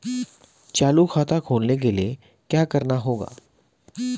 चालू खाता खोलने के लिए क्या करना होगा?